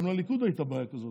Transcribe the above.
גם לליכוד הייתה בעיה כזאת,